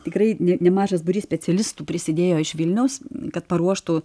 tikrai ne nemažas būrys specialistų prisidėjo iš vilniaus kad paruoštų